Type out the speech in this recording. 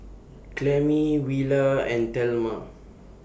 Clemie Willa and Thelma